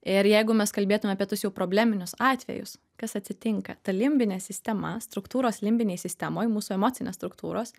ir jeigu mes kalbėtume apie tus jau probleminius atvejus kas atsitinka ta limbinė sistema struktūros limbinėj sistemoj mūsų emocinės struktūros